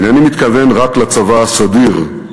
"אינני מתכוון רק לצבא הסדיר,